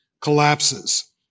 collapses